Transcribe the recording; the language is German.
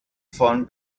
von